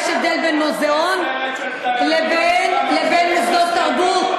יש הבדל בין מוזיאון לבין מוסדות תרבות,